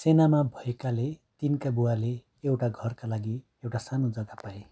सेनामा भएकाले तिनका बुबाले एउटा घरका लागि एउटा सानो जग्गा पाए